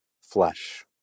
flesh